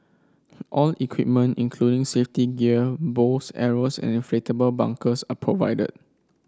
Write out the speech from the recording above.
all equipment including safety gear bows arrows and inflatable bunkers are provided